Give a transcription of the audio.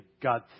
God